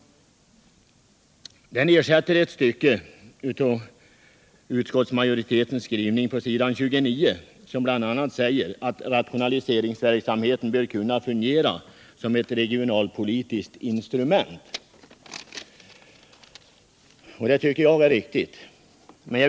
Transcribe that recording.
Den ersätter ett stycke av utskottsmajoritetens skrivning på s. 29, som bl.a. säger att rationaliseringsverksamheten bör kunna fungera som ett regionalpolitiskt instrument. Den skrivningen tycker jag är riktig.